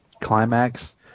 climax